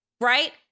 right